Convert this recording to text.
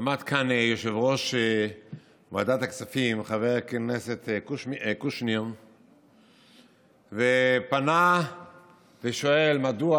עמד כאן יושב-ראש ועדת הכספים חבר הכנסת קושניר ופנה ושאל מדוע